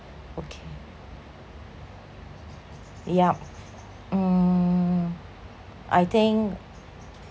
okay yup mm I think